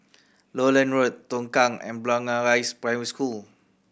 Lowland Road Tongkang and Blangah Rise Primary School